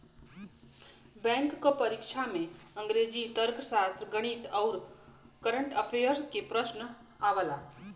bank क परीक्षा में अंग्रेजी, तर्कशास्त्र, गणित आउर कंरट अफेयर्स के प्रश्न आवला